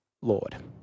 Lord